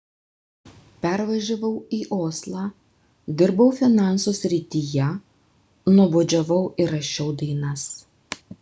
pervažiavau į oslą dirbau finansų srityje nuobodžiavau ir rašiau dainas